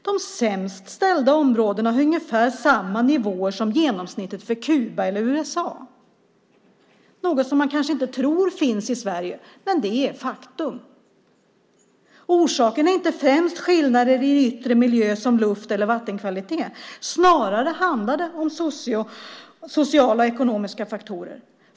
De sämst ställda områdena har ungefär samma nivåer som genomsnittet för Kuba eller USA, något som man kanske inte tror finns i Sverige, men det är faktum. Orsaken är inte främst skillnader i yttre miljö som luft eller vattenkvalitet. Snarare handlar det om sociala och ekonomiska faktorer.